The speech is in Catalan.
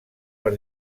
per